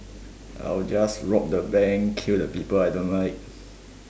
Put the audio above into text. I will just rob the bank kill the people I don't like